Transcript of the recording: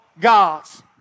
gods